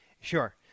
Sure